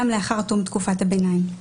גם לאחר תום תקופת הביניים.".